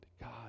God